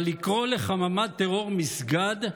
אבל לקרוא לחממת טרור "מסגד",